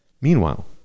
Meanwhile